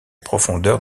profondeur